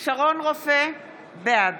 שרון רופא אופיר,